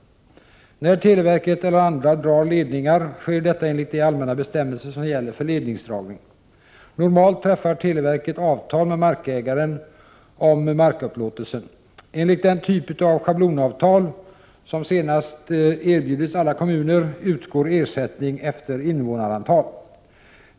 När televerket eller andra drar ledningar sker detta enligt de allmänna bestämmelser som gäller för ledningsdragning. Normalt träffar televerket avtal med markägaren om markupplåtelsen. Enligt den typ av schablonavtal som senast erbjudits alla kommuner utgår ersättning efter invånarantal.